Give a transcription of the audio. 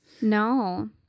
No